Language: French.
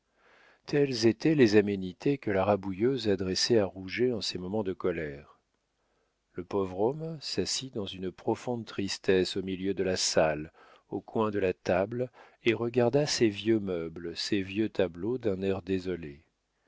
telles étaient les aménités que la rabouilleuse adressait à rouget en ses moments de colère le pauvre homme s'assit dans une profonde tristesse au milieu de la salle au coin de la table et regarda ses vieux meubles ses vieux tableaux d'un air désolé